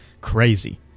crazy